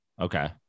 Okay